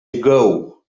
ago